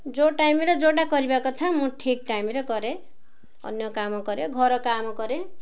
ଯେଉଁ ଟାଇମ୍ରେ ଯେଉଁଟା କରିବା କଥା ମୁଁ ଠିକ୍ ଟାଇମ୍ରେ କରେ ଅନ୍ୟ କାମ କରେ ଘର କାମ କରେ